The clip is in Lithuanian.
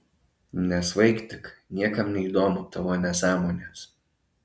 nesvaik tik niekam neįdomu tavo nesąmonės